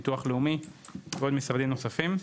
ביטוח לאומי ועוד משרדים נוספים.